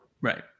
Right